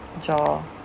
Jaw